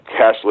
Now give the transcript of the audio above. cashless